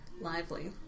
Lively